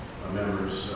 members